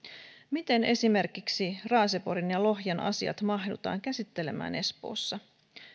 miten esimerkiksi raaseporin ja lohjan asiat mahdutaan käsittelemään espoossa